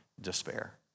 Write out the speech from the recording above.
Despair